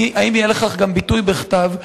האם יהיה לכך גם ביטוי בכתב,